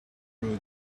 prudes